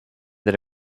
that